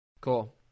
Cool